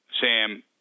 Sam